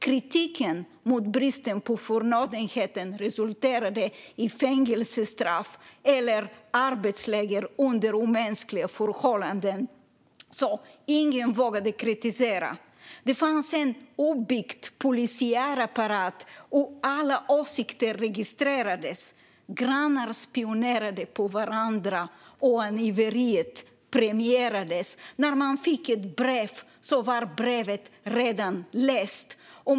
Kritik mot bristen på förnödenheter resulterade i fängelsestraff eller arbetsläger under omänskliga förhållanden, så ingen vågade kritisera. Det fanns en uppbyggd polisiär apparat, och alla åsikter registrerades. Grannar spionerade på varandra, och angiveriet premierades. När man fick ett brev var det redan läst.